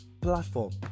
platform